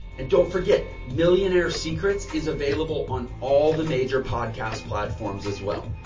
and don't forget millionaire secrets is available on all the major podcast platforms as well.